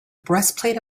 breastplate